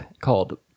called